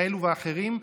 כאלה ואחרים,